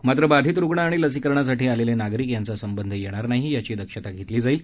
मात्र बाधित रुग्ण आणि लसीकरणासाठी आलेले नागरिक यांचा संबंध येणार नाही याची दक्षता घेण्यात येणार आहे